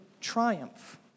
triumph